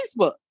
Facebook